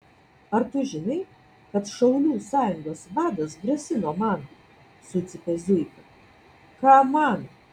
ar tu žinai kad šaulių sąjungos vadas grasino man sucypė zuika ką man